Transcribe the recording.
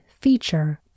feature